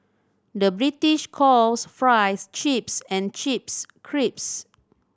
the British calls fries chips and chips crisps